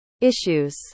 issues